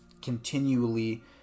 continually